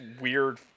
weird